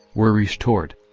were restored.